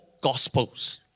gospels